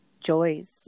joys